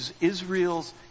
Israel's